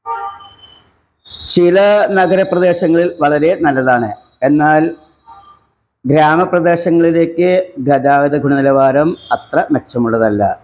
ചില നഗര പ്രദേശങ്ങളിൽ വളരേ നല്ലതാണ് എന്നാൽ ഗ്രാമ പ്രദേശങ്ങളിലേക്ക് ഗതാഗത ഗുണ നിലവാരം അത്ര മെച്ചമുള്ളതല്ല